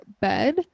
bed